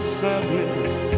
sadness